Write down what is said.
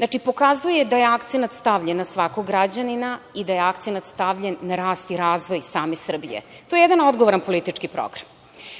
Znači, pokazuje da je akcenat stavljen na svakog građanina, i da je akcenat stavljen na rast i razvoj same Srbije. To je jedan odgovoran politički program,